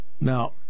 Now